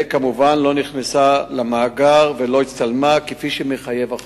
וכמובן לא נכנסה למאגר ולא הצטלמה כפי שמחייב החוק.